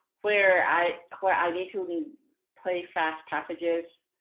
where i where i need to and play fast passages,